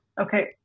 okay